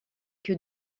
que